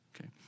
okay